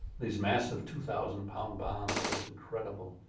these massive two thousand pound bombs that was incredible,